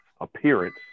appearance